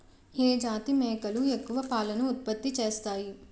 ఏ జాతి మేకలు ఎక్కువ పాలను ఉత్పత్తి చేస్తాయి?